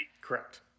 Correct